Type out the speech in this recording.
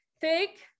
take